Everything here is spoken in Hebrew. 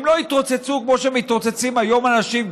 הם לא התרוצצו כמו שמתרוצצים היום אנשים,